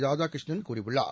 ராதாகிருஷ்ணன் கூறியுள்ளார்